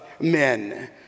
men